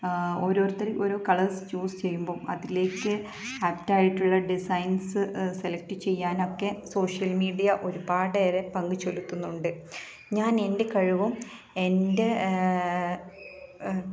ഓരോരുത്തർ ഓരോ colours choose ചെയ്യുമ്പം അതിലേക്ക് ആപ്റ്റായിട്ടുള്ള ഡിസൈൻസ് സെലക്ട് ചെയ്യാനൊക്കെ സോഷ്യൽ മീഡിയ ഒരുപാടേറെ പങ്കുചെലുത്തുന്നുണ്ട് ഞാൻ എൻ്റെ കഴിവും എൻ്റെ